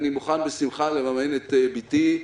אני מוכן בשמחה לממן את בתי.